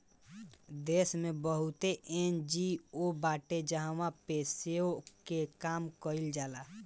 देस में बहुते एन.जी.ओ बाटे जहवा पे सेवा के काम कईल जाला